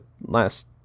last